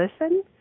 listen